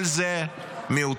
כל זה מיותר.